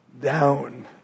down